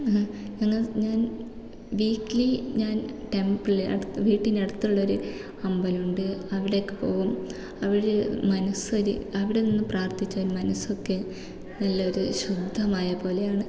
ഞങ്ങൾ ഞാൻ വീക്കിലി ഞാൻ ടെമ്പിള് വീട്ടിന് അടുത്തുള്ളൊരു അമ്പലം ഉണ്ട് അവിടേക്ക് പോകും അവിടെ മനസ്സ് ഒരു അവിടെ നിന്ന് പ്രാർഥിച്ചാൽ മനസ്സൊക്കെ നല്ല ഒരു ശുദ്ധമായ പോലെയാണ്